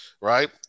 right